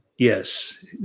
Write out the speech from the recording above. Yes